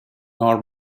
nor